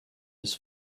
his